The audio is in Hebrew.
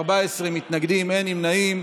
14 מתנגדים, אין נמנעים.